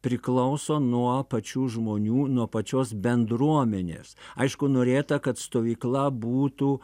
priklauso nuo pačių žmonių nuo pačios bendruomenės aišku norėta kad stovykla būtų